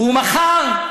והוא מכר,